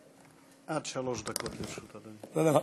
עד שלוש דקות לרשותך, אדוני.